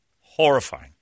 Horrifying